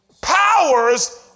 powers